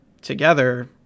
together